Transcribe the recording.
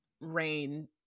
rain